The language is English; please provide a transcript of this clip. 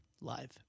live